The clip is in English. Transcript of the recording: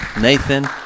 Nathan